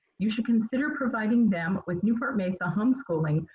you should consider providing them with newport mesa home schooling,